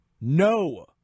no